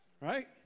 right